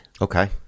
Okay